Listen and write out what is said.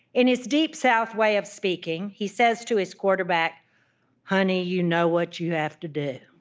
in his deep-south way of speaking, he says to his quarterback honey, you know what you have to do.